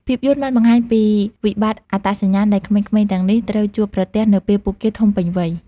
ភាពយន្តបានបង្ហាញពីវិបត្តិអត្តសញ្ញាណដែលក្មេងៗទាំងនេះត្រូវជួបប្រទះនៅពេលពួកគេធំពេញវ័យ។